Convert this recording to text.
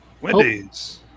Wendy's